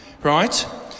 Right